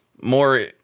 more –